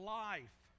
life